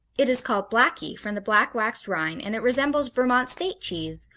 it is called blackie from the black-waxed rind and it resembles vermont state cheese,